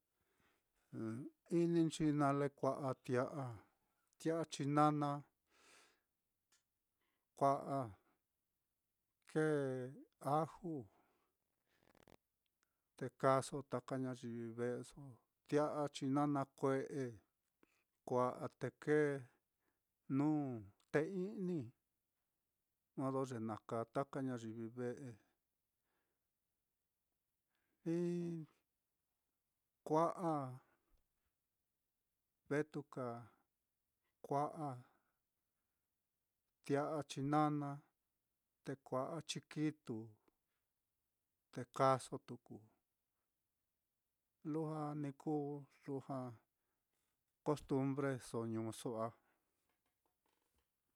Ininchi nale kua'a tia'a, tia'a chinana, kua'a kēē aju, te kaaso taka ñayivi ve'eso, tia'a chinana kue'e, kua'a te kee nuu té i'ni, modo ye na kaa taka ñayivi ve'e, kua'a vetuka kua'a tia'a chinana, te kua'a chikitu te kaaso tuku, lujua ni kuu lujua costumbreso ñuuso á.